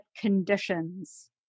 conditions